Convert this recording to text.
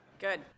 Good